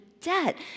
debt